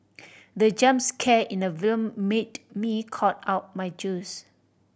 the jump scare in the film made me cough out my juice